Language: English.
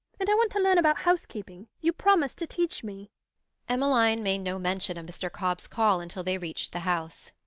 and i want to learn about housekeeping you promised to teach me emmeline made no mention of mr. cobb's call until they reached the house.